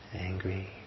angry